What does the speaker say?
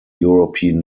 european